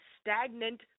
stagnant